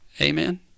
Amen